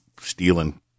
stealing